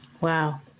Wow